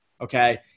okay